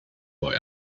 boy